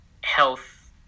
health